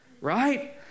Right